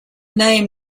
name